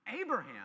abraham